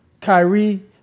Kyrie